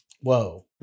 Whoa